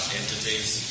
entities